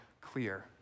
clear